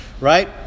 Right